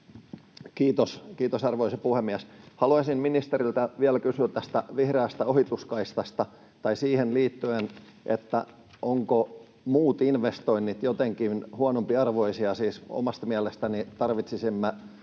Kiitos, arvoisa puhemies! Haluaisin ministeriltä vielä kysyä tästä vihreästä ohituskaistasta tai siihen liittyen, ovatko muut investoinnit jotenkin huonompiarvoisia. Siis omasta mielestäni tarvitsisimme